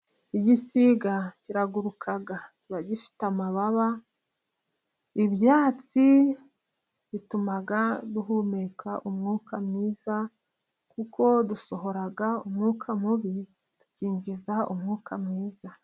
Igisiga kiraguruka kiba gifite amababa. Ibyatsi bituma duhumeka umwuka mwiza. Kuko dusohora umwuka mubi tukinjiza umwuka mwiza.